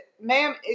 ma'am